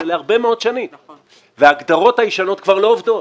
להרבה מאוד שנים וההגדרות הישנות כבר לא עובדות.